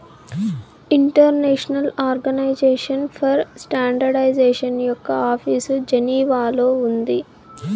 international organisation for standardisation యొక్క office జెనీవాలో ఉంది